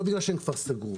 לא בגלל שהם כבר סגרו.